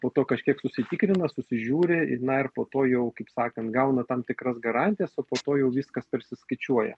po to kažkiek susitikrina susižiūri ir na ir po to jau kaip sakant gauna tam tikras garantijas o poto jau viskas persiskaičiuoja